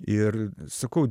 ir sakau